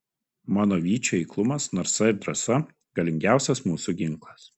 mano vyčių eiklumas narsa ir drąsa galingiausias mūsų ginklas